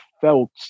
felt